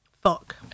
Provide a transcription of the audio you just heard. Fuck